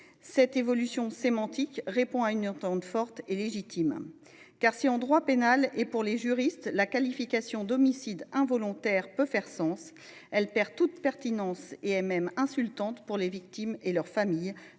Cette évolution sémantique répond à une attente forte et légitime. En effet, si pour les juristes la qualification d’homicide involontaire peut faire sens, elle perd toute pertinence et se révèle même insultante pour les victimes et leur famille